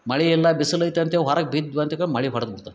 ಮಳೆ ಇಲ್ಲ ಬಿಸಿಲು ಐತೆ ಅಂತ್ಹೇಳಿ ಹೊರ ಬಿದ್ವಂತಿಕ ಮಳೆ ಹೊಡ್ದು ಬಿಡ್ತದ್